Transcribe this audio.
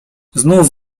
znów